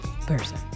person